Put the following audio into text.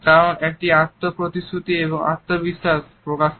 কারণ এটি আত্ম প্রতিশ্রুতি এবং আত্মবিশ্বাস প্রকাশ করে